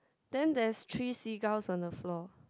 then there's three seagulls on the floor